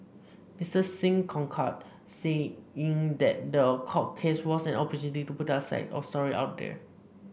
Mister Singh concurred saying that the court case was an opportunity to put their side of the story out there